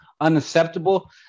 unacceptable